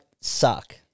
suck